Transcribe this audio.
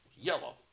Yellow